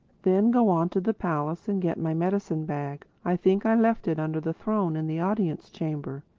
then go on to the palace and get my medicine-bag. i think i left it under the throne in the audience chamber.